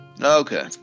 Okay